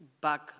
back